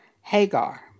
Hagar